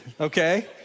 okay